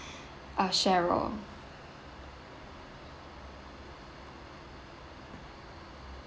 uh cheryl